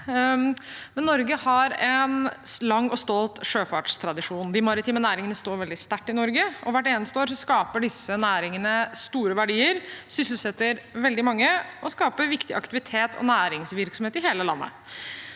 Norge har en lang og stolt sjøfartstradisjon. De maritime næringene står veldig sterkt i Norge, og hvert eneste år skaper disse næringene store verdier, sysselsetter veldig mange og skaper viktig aktivitet og næringsvirksomhet i hele landet.